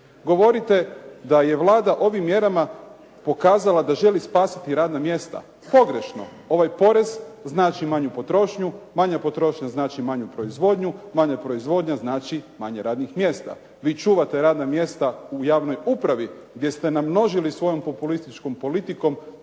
Govorite da je Vlada ovim mjerama pokazala da želi spasiti radna mjesta. Pogrešno. Ovaj porez znači manju potrošnju, manja potrošnja znači manju proizvodnju, manja proizvodnja znači manje radnih mjesta. Vi čuvate radna mjesta u javnoj upravi gdje ste namnožili svojom populisitčkom politikom